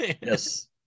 Yes